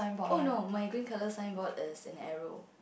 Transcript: oh no my green colour signboard there is an arrow